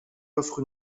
offre